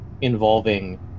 involving